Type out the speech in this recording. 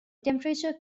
temperature